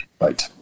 right